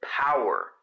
power